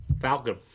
Falcon